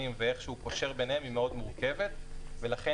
ואיך שהוא קושר ביניהם היא מאוד מורכבת ולכן,